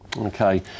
Okay